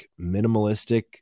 minimalistic